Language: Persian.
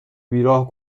بیراه